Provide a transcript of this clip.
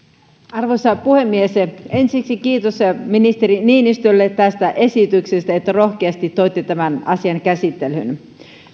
arvoisa puhemies ensiksi kiitos ministeri niinistölle tästä esityksestä ja siitä että rohkeasti toitte tämän asian käsittelyyn